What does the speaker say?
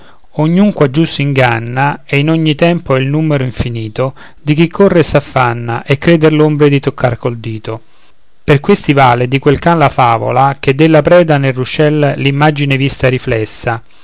l'ombra ognun quaggiù s'inganna e in ogni tempo è il numero infinito di chi corre e s'affanna e crede l'ombre di toccar col dito per questi vale di quel can la favola che della preda nel ruscel l'imagine vista riflessa